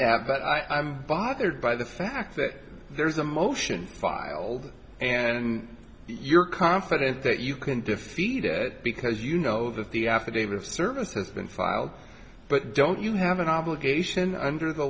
that but i'm bothered by the fact that there's a motion filed and you're confident that you can defeat it because you know that the affidavit of service has been filed but don't you have an obligation under the